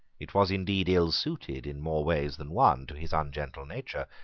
it was indeed ill suited in more ways than one, to his ungentle nature.